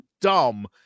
dumb